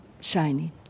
shining